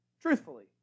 truthfully